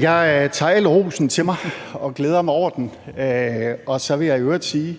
jeg tager al rosen til mig og glæder mig over den. Så vil jeg i øvrigt sige,